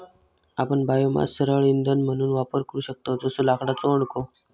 आपण बायोमास सरळ इंधन म्हणून वापरू शकतव जसो लाकडाचो ओंडको